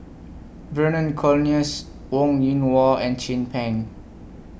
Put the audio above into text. Vernon Cornelius Wong Yoon Wah and Chin Peng